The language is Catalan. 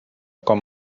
com